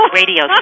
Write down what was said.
radio